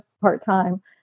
part-time